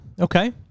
Okay